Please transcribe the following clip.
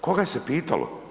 Koga je se pitalo?